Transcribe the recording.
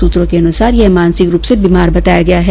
सूत्रों के अनुसार यह मानसिक रूप से बीमार बताया गया है